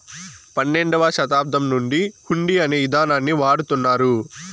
పన్నెండవ శతాబ్దం నుండి హుండీ అనే ఇదానాన్ని వాడుతున్నారు